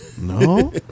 no